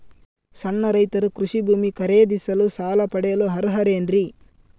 ಸಣ್ಣ ರೈತರು ಕೃಷಿ ಭೂಮಿ ಖರೇದಿಸಲು ಸಾಲ ಪಡೆಯಲು ಅರ್ಹರೇನ್ರಿ?